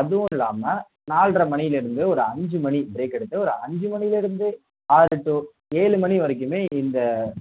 அதுவும் இல்லாமல் நால்ரை மணிலேருந்து ஒரு அஞ்சு மணி ப்ரேக் எடுத்து ஒரு அஞ்சு மணிலேருந்து ஆறு டூ ஏழு மணி வரைக்குமே இந்த